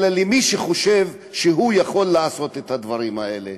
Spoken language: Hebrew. אלא למי שחושב שהוא יכול לעשות את הדברים האלה